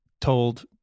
told